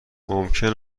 ممکن